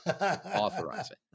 Authorizing